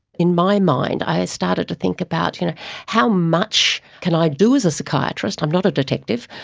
in my mind i started to think about you know how much can i do as a psychiatrist, i'm not a detective,